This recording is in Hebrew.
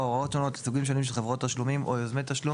הוראות שונות לסוגים שונים של חברות תשלומים או יוזמי תשלום.